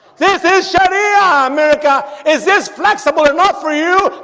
this is sharia america. is this flexible enough for you?